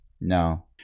No